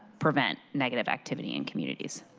prevent negative activity and communities.